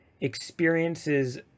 experiences